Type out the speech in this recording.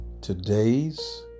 Today's